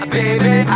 baby